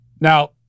Now